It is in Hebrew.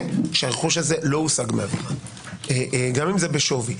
שהרכוש הזה הלא הושג מעבירה גם אם זה בשווי.